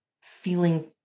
feeling